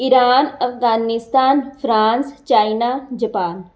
Iran Afghanistan France China Japan